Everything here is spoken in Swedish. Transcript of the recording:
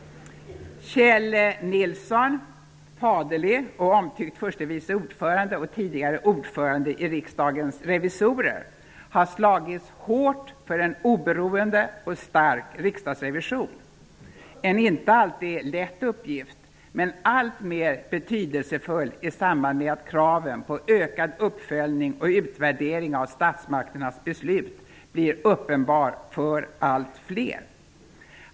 Kjell Nilsson,, faderlig och omtyckt förste vice ordförande och tidigare ordförande i Riksdagens revisorer, har slagits hårt för en oberoende och stark riksdagsrevision -- en inte alltid lätt uppgift men alltmer betydelsefull i samband med att kravet på utökad uppföljning och utvärdering av statsmakternas beslut blir uppenbart för allt fler.